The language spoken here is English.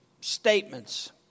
statements